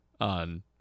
on